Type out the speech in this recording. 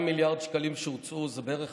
200 מיליארד השקלים שהוצאו זה בערך